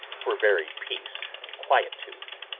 for very peace and quietude.